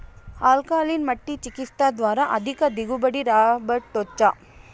alkaline మట్టి చికిత్స ద్వారా అధిక దిగుబడి రాబట్టొచ్చా